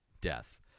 death